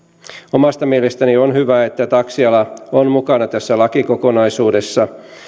omasta mielestäni on hyvä että taksiala on mukana tässä lakikokonaisuudessa